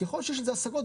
ככל שיש על זה השגות,